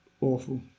awful